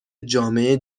جامعه